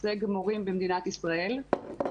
מייצג מורים במדינת ישראל.